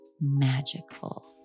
magical